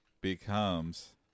becomes